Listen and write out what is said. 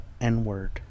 N-word